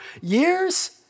years